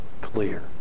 clear